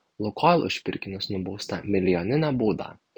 lukoil už pirkinius nubausta milijonine bauda